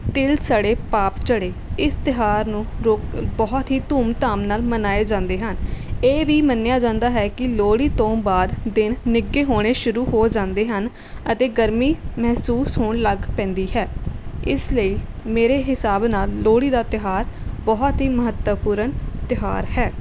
ਤਿਲ ਸੜੇ ਪਾਪ ਚੜੇ ਇਸ ਤਿਉਹਾਰ ਨੂੰ ਲੋਕ ਬਹੁਤ ਹੀ ਧੂਮ ਧਾਮ ਨਾਲ ਮਨਾਏ ਜਾਂਦੇ ਹਨ ਇਹ ਵੀ ਮੰਨਿਆ ਜਾਂਦਾ ਹੈ ਕਿ ਲੋਹੜੀ ਤੋਂ ਬਾਅਦ ਦਿਨ ਨਿੱਘੇ ਹੋਣੇ ਸ਼ੁਰੂ ਹੋ ਜਾਂਦੇ ਹਨ ਅਤੇ ਗਰਮੀ ਮਹਿਸੂਸ ਹੋਣ ਲੱਗ ਪੈਂਦੀ ਹੈ ਇਸ ਲਈ ਮੇਰੇ ਹਿਸਾਬ ਨਾਲ ਲੋਹੜੀ ਦਾ ਤਿਉਹਾਰ ਬਹੁਤ ਹੀ ਮਹੱਤਵਪੂਰਨ ਤਿਉਹਾਰ ਹੈ